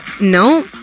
No